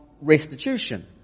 restitution